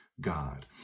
God